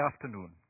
afternoon